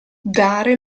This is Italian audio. dare